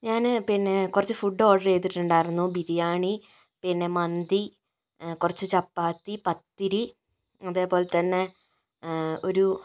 ഞാന് പിന്നേ കുറച്ച് ഫുഡ് ഓർഡർ ചെയ്തിട്ടുണ്ടായിരുന്നു ബിരിയാണി പിന്നേ മന്തി കുറച്ച് ചപ്പാത്തി പത്തിരി അതേപോലെത്തന്നേ ഒരു